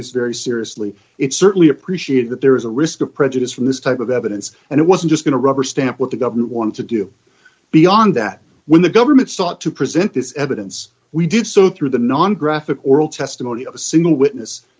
this very seriously it certainly appreciate that there is a risk of prejudice from this type of evidence and it wasn't just going to rubber stamp what the government wanted to do beyond that when the government sought to present this evidence we did so through the non graphic oral testimony of a single witness